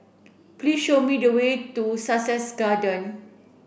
please show me the way to Sussex Garden